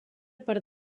per